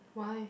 why